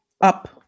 up